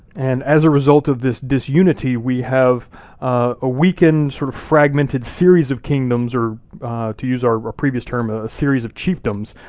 and as a result of this disunity, we have a weakened, sort of fragmented, series of kingdoms, or to use our previous term, a series of chiefdoms,